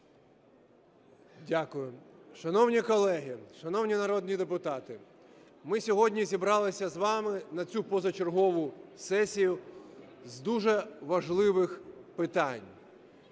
Дякую. Шановні колеги, шановні народні депутати! Ми сьогодні зібралися з вами на цю позачергову сесію з дуже важливих питань.